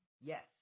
Yes